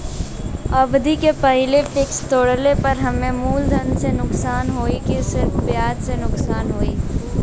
अवधि के पहिले फिक्स तोड़ले पर हम्मे मुलधन से नुकसान होयी की सिर्फ ब्याज से नुकसान होयी?